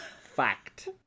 fact